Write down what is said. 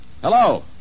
Hello